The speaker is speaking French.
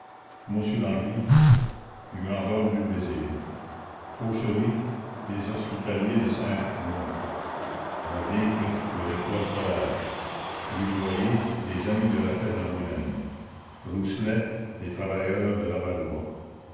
mossurenghy du gr or du brésil fauchery des hospitaliers de saint-ouen radigue de l'etoile polaire rudoyer des amis de la paix d'angoulême rousselet des travailleurs de levallois la